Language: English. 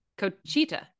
Cochita